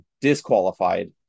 disqualified